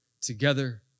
together